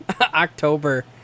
October